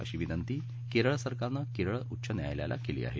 अशी विनंती केरळ सरकारनं केरळ उच्च न्यायालयाला केली आहे